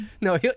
No